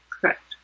Correct